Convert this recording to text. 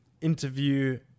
interview